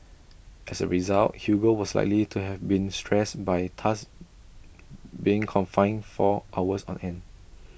as A result Hugo was likely to have been stressed by thus being confined for hours on end